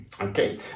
Okay